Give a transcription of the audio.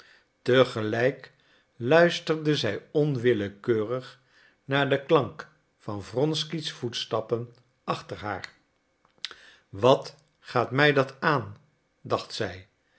te gelijk luisterde zij onwillekeurig naar den klank van wronsky's voetstappen achter haar wat gaat mij dat aan dacht zij